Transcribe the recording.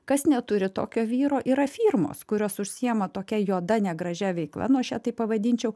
kas neturi tokio vyro yra firmos kurios užsiima tokia juoda negražia veikla nu aš ją taip pavadinčiau